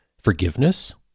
forgiveness